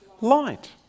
light